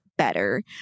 Better